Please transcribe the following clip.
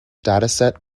dataset